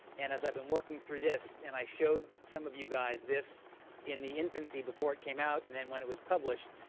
and as i've been working working through this, and i showed some of you guys this in the infancy before it came out and then when it was published.